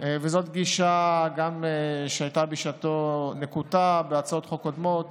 זאת גישה שהייתה בשעתה נקוטה בהצעות חוק קודמות